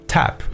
Tap